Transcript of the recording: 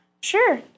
Sure